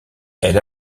elle